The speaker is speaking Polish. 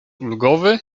ulgowy